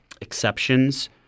exceptions